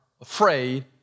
afraid